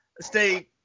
stay